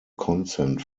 consent